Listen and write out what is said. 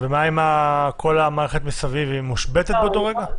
ומה עם כל המערכת מסביב, היא מושבתת באותו רגע?